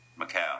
Macau